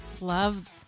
love